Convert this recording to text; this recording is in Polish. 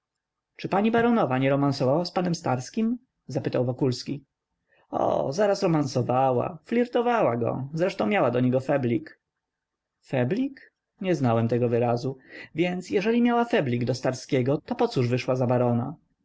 czy pani baronowa nie romansowała z panem starskim zapytał wokulski o zaraz romansowała flirtowała go zresztą miała do niego feblik feblik nie znałem tego wyrazu więc jeżeli miała feblik do starskiego to pocóż wyszła za barona